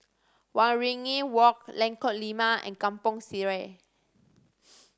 Waringin Walk Lengkok Lima and Kampong Sireh